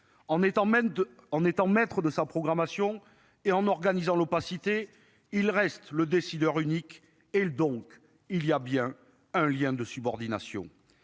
en étant maître de sa programmation et en organisant l'opacité. Il reste le décideur unique et le donc il y a bien un lien de subordination